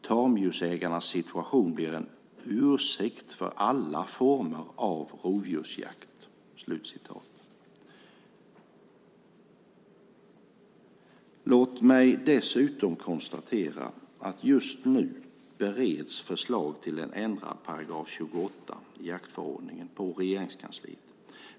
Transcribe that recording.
Tamdjursägarnas situation blir en ursäkt för alla former av rovdjursjakt." Låt mig dessutom konstatera att man i Regeringskansliet just nu bereder förslag till en ändrad § 28 i jaktförordningen.